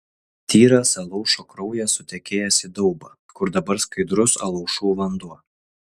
tyras alaušo kraujas sutekėjęs į daubą kur dabar skaidrus alaušų vanduo